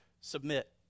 submit